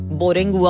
boring